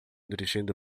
dirigindo